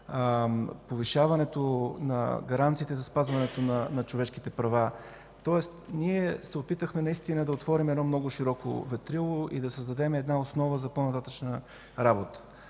повишаването на гаранциите за спазването на човешките права. Тоест ние се опитахме наистина да отворим едно много широко ветрило и да създадем основа за по-нататъшната работа.